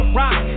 rock